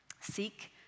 Seek